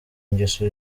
ingeso